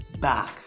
back